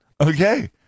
Okay